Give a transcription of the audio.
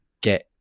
get